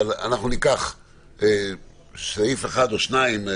אבל אנחנו ניקח סעיף אחד או שניים,